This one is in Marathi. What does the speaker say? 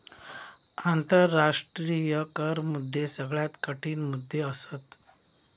आंतराष्ट्रीय कर मुद्दे सगळ्यात कठीण मुद्दे असत